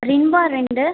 ரின் bar ரெண்டு